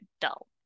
dull